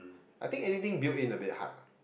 I think anything built in a bit hard